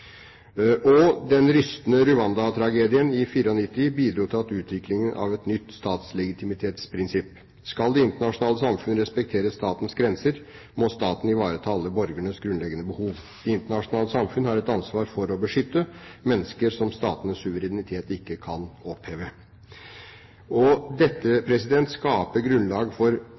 Den rystende Rwanda-tragedien i 1994 bidro til utviklingen av et nytt statslegitimitetsprinsipp: Skal det internasjonale samfunn respektere statens grenser, må staten ivareta alle borgernes grunnleggende behov. Det internasjonale samfunn har et ansvar for å beskytte mennesker som statenes suverenitet ikke kan oppheve. Dette skaper grunnlag for